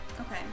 Okay